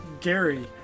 Gary